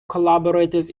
collaborators